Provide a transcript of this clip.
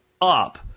up